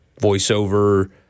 voiceover